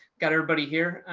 got everybody here.